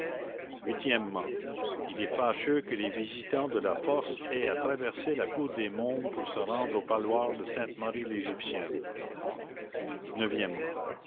huitièmement il est fâcheux que les visitants de la force aient à traverser la cour des mômes pour se rendre au parloir de